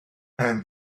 and